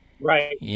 Right